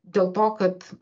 dėl to kad